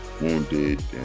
wounded